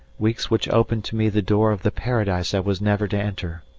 weeks which opened to me the door of the paradise i was never to enter.